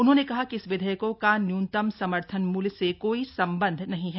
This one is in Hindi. उन्होंने कहा कि इस विधेयकों का न्यूनतम समर्थन मूल्य से कोई संबंध नहीं है